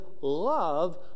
love